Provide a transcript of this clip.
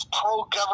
pro-government